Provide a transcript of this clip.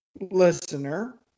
listener